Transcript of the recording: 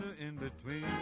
In-Between